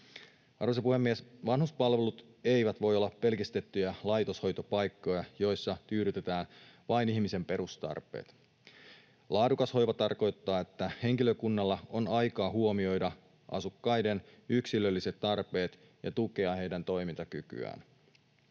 Arvoisa puhemies! Vanhuspalvelut eivät voi olla pelkistettyjä laitoshoitopaikkoja, joissa tyydytetään vain ihmisen perustarpeet. Laadukas hoiva tarkoittaa, että henkilökunnalla on aikaa huomioida asukkaiden yksilölliset tarpeet ja tukea heidän toimintakykyään.